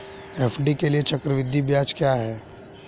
FD के लिए चक्रवृद्धि ब्याज क्या है?